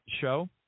show